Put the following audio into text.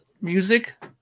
music